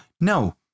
no